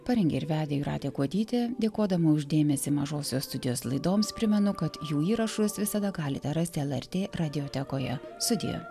parengė ir vedė jūratė kuodytė dėkodama už dėmesį mažosios studijos laidoms primenu kad jų įrašus visada galite rasti lrt radiotekoje studija